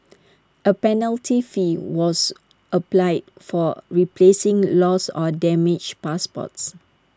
A penalty fee was applies for replacing lost or damaged passports